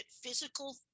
physical